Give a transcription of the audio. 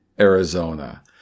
Arizona